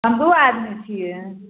हम दुइ आदमी छिए